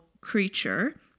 creature